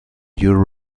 you